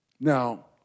Now